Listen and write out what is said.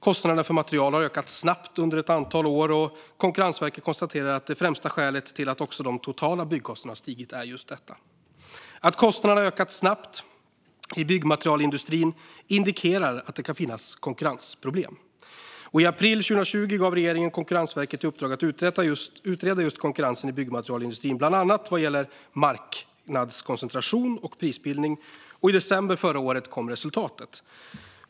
Kostnaderna för material har ökat snabbt under ett antal år, och Konkurrensverket konstaterar att det är det främsta skälet till att också de totala byggkostnaderna stigit. Att kostnaderna ökat snabbt i byggmaterialindustrin indikerar att det kan finnas konkurrensproblem. I april 2020 gav regeringen Konkurrensverket i uppdrag att utreda just konkurrensen i byggmaterialindustrin, bland annat vad gäller marknadskoncentration och prisbildning, och i december förra året kom resultatet.